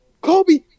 Kobe